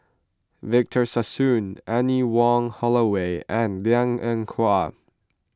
Victor Sassoon Anne Wong Holloway and Liang Eng Hwa